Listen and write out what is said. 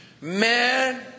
Man